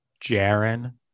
Jaron